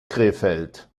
krefeld